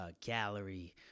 gallery